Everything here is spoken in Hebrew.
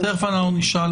תיכף נשאל